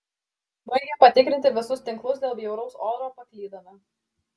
baigę patikrinti visus tinklus dėl bjauraus oro paklydome